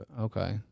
Okay